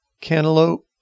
Cantaloupe